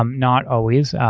um not always.